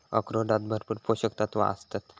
अक्रोडांत भरपूर पोशक तत्वा आसतत